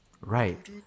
right